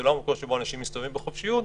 זה לא המקום שבו אנשים מסתובבים בחופשיות,